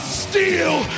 steel